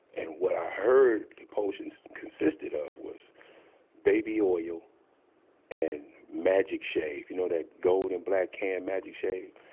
and what i heard the potion so consisted of was baby oil and magic shave you know that gold-and-black can magic shave?